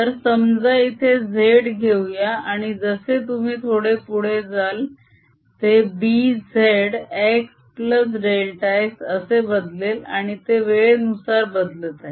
तर समजा इथे z घेऊया आणि जसे तुम्ही थोडे पुढे जाल ते Bz xΔx असे बदलेल आणि ते वेळेनुसार बदलत आहे